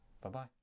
Bye-bye